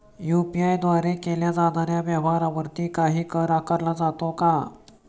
UPI द्वारे केल्या जाणाऱ्या व्यवहारावरती काही कर आकारला जातो का?